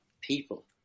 people